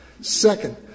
Second